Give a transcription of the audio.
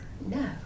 No